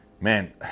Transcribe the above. Man